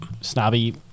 snobby